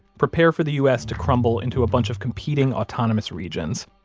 prepare for the us to crumble into a bunch of competing autonomous regions.